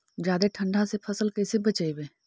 जादे ठंडा से फसल कैसे बचइबै?